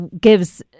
gives